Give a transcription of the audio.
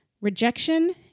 Rejection